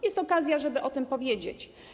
Jest okazja, żeby o tym powiedzieć.